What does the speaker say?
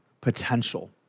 potential